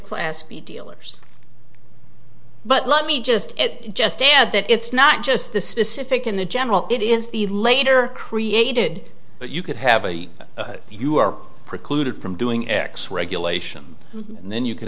class b dealers but let me just just dad that it's not just the specific and the general it is the later created but you could have a you are precluded from doing x regulation and then you could